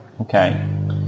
okay